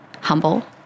humble